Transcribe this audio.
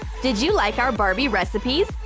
did you like our barbie recipes?